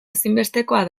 ezinbestekoa